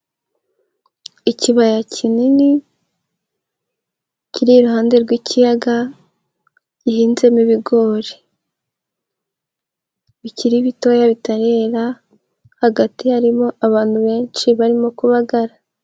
Ikibaya kinini kiri iruhande rw'ikiyaga, gihinzemo ibigori bikiri bitoya bitarera, hagati harimo abantu benshi barimo kubagara.